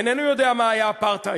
איננו יודע מה היה אפרטהייד,